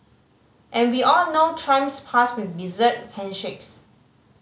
and we all know Trump's past with bizarre handshakes